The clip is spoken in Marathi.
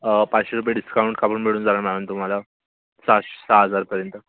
पाचशे रुपये डिस्काऊंट काढून मिळून जाणार मॅडम तुम्हाला सहाश् सहा हजारपर्यंत